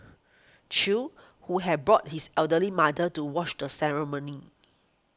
Chew who had brought his elderly mother to watch the ceremony